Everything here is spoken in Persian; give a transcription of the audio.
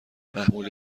محموله